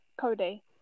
Cody